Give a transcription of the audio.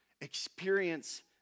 experience